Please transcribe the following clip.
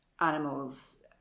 animals